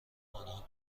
آنها